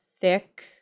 thick